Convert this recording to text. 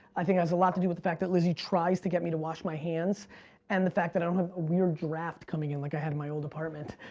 i think that has a lot to do with the fact that lizzie tries to get me to wash my hands and the fact that i don't have a weird draft coming in like i had in my old apartment,